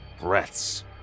breaths